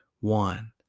One